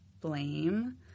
blame